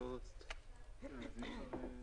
3N ו-O,